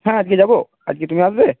হ্যাঁ আজকে যাব আজকে তুমি আসবে